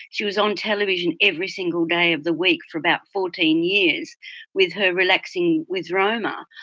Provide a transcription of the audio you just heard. she was on television every single day of the week for about fourteen years with her relaxing with roma.